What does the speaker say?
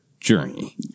journey